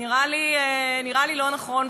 נראה לי לא נכון,